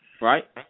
right